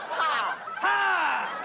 ha! ha!